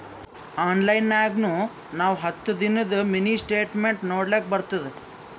online ನಾಗ್ನು ನಾವ್ ಹತ್ತದಿಂದು ಮಿನಿ ಸ್ಟೇಟ್ಮೆಂಟ್ ನೋಡ್ಲಕ್ ಬರ್ತುದ